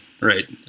right